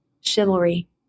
Chivalry